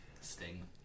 Sting